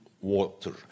water